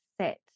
set